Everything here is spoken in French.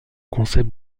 concept